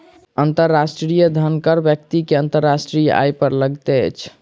अंतर्राष्ट्रीय धन कर व्यक्ति के अंतर्राष्ट्रीय आय पर लगैत अछि